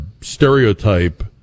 stereotype